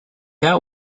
out